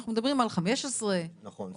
אנחנו מדברים על 15,000. נכון.